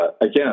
again